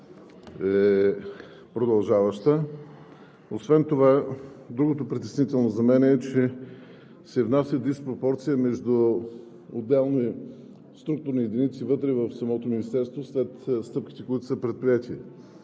продължаваща. Освен това другото притеснително за мен е, че се внася диспропорция между отделни структурни единици вътре в самото министерство след стъпките, които са предприети.